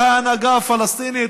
וההנהגה הפלסטינית.